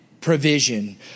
provision